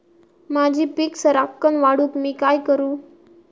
माझी पीक सराक्कन वाढूक मी काय करू?